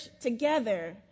together